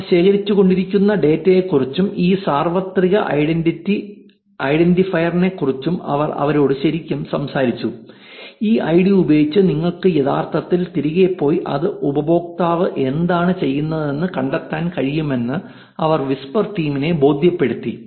അവർ ശേഖരിച്ചുകൊണ്ടിരിക്കുന്ന ഡാറ്റയെക്കുറിച്ചും ഈ സാർവത്രിക ഐഡന്റിഫയറിനെക്കുറിച്ചും അവർ അവരോട് ശരിക്കും സംസാരിച്ചു ഈ ഐഡി ഉപയോഗിച്ച് നിങ്ങൾക്ക് യഥാർത്ഥത്തിൽ തിരികെ പോയി ഏത് ഉപയോക്താവ് എന്താണ് ചെയ്തതെന്ന് കണ്ടെത്താൻ കഴിയുമെന്ന് അവർ വിസ്പർ ടീമിനെ ബോധ്യപ്പെടുത്തി